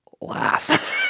last